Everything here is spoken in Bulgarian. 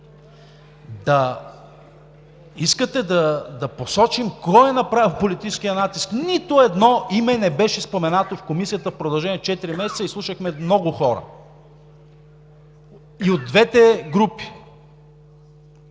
Да, искате да посочим кой е направил политическия натиск – нито едно име не беше споменато в Комисията в продължение на четири месеца. Изслушахме много хора и от двете групи.